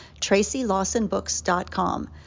TracyLawsonBooks.com